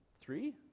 Three